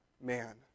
man